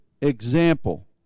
example